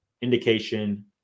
indication